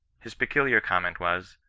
his peculiar comment was,